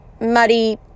muddy